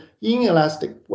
inelastic